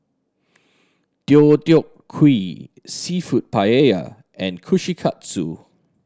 Deodeok Gui Seafood Paella and Kushikatsu